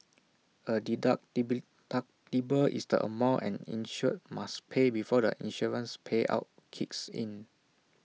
A deduct is the amount an insured must pay before the insurance payout kicks in